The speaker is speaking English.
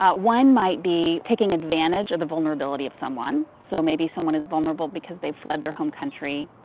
ah one might be taking advantage of the vulnerability of someone. so maybe someone is vulnerable because they've fled their home country.